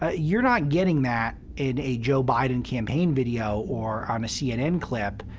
ah you're not getting that in a joe biden campaign video or on a cnn clip,